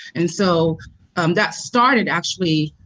and so um that started, actually,